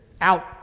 out